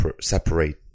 separate